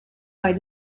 bei